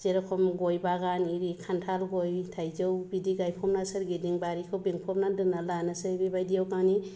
जेरखम गय बागान एरि खान्थाल गय थाइजौ बिदि गायफबना सोरगिदिं बारिखौ बेंफबनानै दोननानै लानोसै बेबायदियाव माने